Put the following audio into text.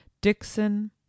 Dixon